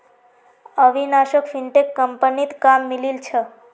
अविनाशोक फिनटेक कंपनीत काम मिलील छ